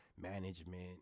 management